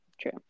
True